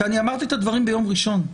כי אמרתי את הדברים ביום ראשון.